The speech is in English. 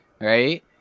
right